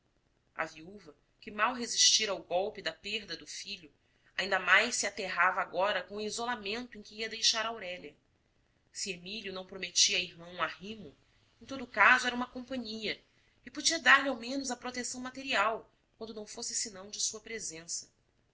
a viúva que mal resistira ao golpe da perda do filho ainda mais se aterrava agora com o isolamento em que ia deixar aurélia se emílio não prometia à irmã um arrimo em todo o caso era uma companhia e podia dar-lhe ao menos a proteção material quando não fosse senão de sua presença